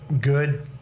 good